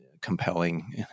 compelling